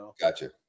gotcha